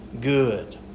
good